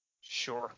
Sure